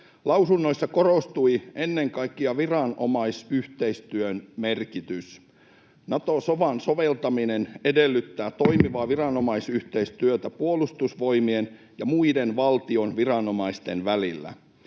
Lausunnoissa korostui ennen kaikkea viranomaisyhteistyön merkitys. Nato-sofan soveltaminen edellyttää toimivaa viranomaisyhteistyötä Puolustusvoimien ja muiden valtion viranomaisten välillä.